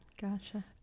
Gotcha